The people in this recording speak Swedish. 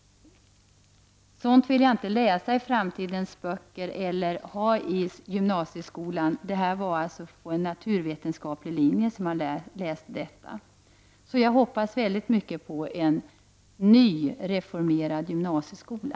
Sådant vill jag inte läsa i framtidens böcker i gymnasieskolan. Det är på naturvetenskaplig linje som man får läsa detta. Jag hoppas väldigt mycket på en ny reformerad gymnasieskola.